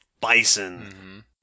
bison